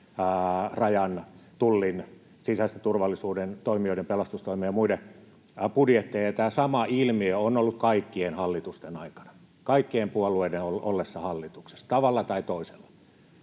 Rajan, Tullin, sisäisen turvallisuuden toimijoiden, pelastustoimen ja muiden budjetteja, ja tämä sama ilmiö on ollut kaikkien hallitusten aikana, kaikkien puolueiden ollessa hallituksessa, tavalla tai toisella.